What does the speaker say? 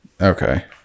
Okay